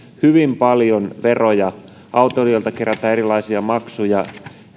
hyvin paljon veroja autoilijoilta kerätään erilaisia maksuja